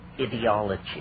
ideology